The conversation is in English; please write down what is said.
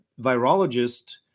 virologist